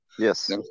Yes